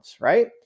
right